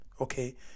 okay